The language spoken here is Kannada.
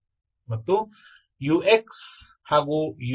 ಮತ್ತು ux uy ಈಗಾಗಲೇ ಇಲ್ಲಿವೆ